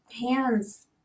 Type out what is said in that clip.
hands